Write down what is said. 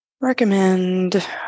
recommend